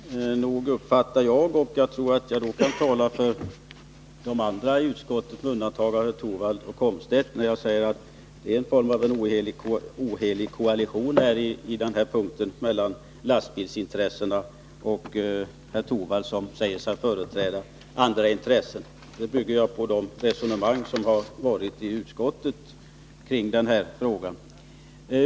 Herr talman! Nog uppfattar jag det som — och jag tror att jag talar även för de andra i utskottet, med undantag av herr Torwald och herr Komstedt — en form av ohelig koalition på denna punkt mellan lastbilsintressena och herr Torwald, som säger sig företräda andra intressen. Denna uppfattning bygger jag på det resonemang som förts i utskottet kring den här frågan.